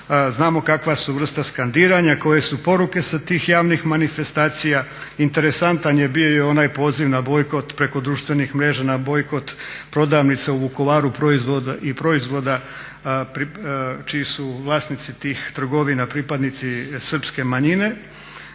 Znamo kakva su vrsta skandiranja, koje su poruke sa tih javnih manifestacija. Interesantan je bio i onaj poziv na bojkot preko društvenih mreža, na bojkot prodavaonica u Vukovaru proizvoda čiji su vlasnici ti trgovina pripadnici srpske manjine.